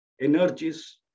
energies